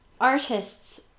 Artists